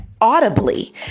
audibly